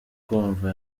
kumva